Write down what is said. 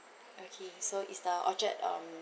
okay so is the orchard um